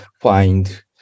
find